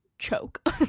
choke